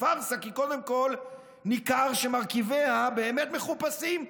פארסה, כי קודם כול ניכר שמרכיביה באמת מחופשים.